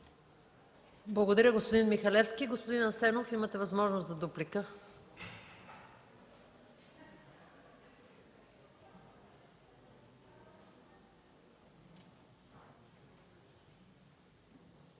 Благодаря, господин Михалевски. Господин Асенов, имате възможност за дуплика.